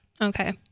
Okay